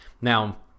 Now